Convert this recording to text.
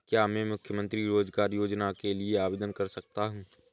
क्या मैं मुख्यमंत्री रोज़गार योजना के लिए आवेदन कर सकता हूँ?